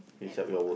finish up your work